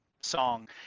song